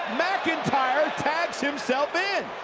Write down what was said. mcintyre tags himself in.